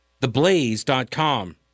Theblaze.com